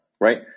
right